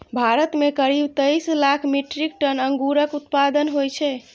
भारत मे करीब तेइस लाख मीट्रिक टन अंगूरक उत्पादन होइ छै